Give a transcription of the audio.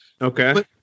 okay